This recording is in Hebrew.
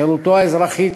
חירותו האזרחית,